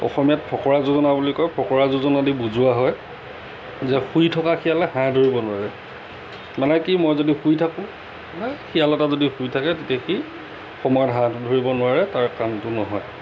অসমীয়াত ফকৰা যোজনা বুলি কয় ফকৰা যোজনা দি বুজোৱা হয় যে শুই থকা শিয়ালে হাঁহ ধৰিব নোৱাৰে মানে কি মই যদি শুই থাকোঁ সেই শিয়াল এটা যদি শুই থাকে তেতিয়া সি সময়ত হাহঁটো ধৰিব নোৱাৰে তাৰ কামটো নহয়